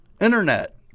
Internet